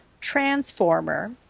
Transformer